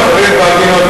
בהגינות.